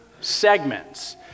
segments